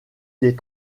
des